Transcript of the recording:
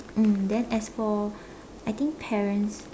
mm then as for I think parents